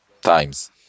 times